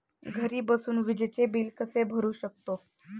घरी बसून विजेचे बिल कसे भरू शकतो?